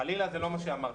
חלילה, זה לא מה שאמרתי.